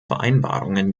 vereinbarungen